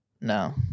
No